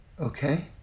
Okay